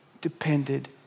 depended